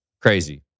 Crazy